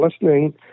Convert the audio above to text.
listening